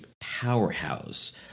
powerhouse